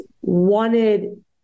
wanted